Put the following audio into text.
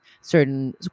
certain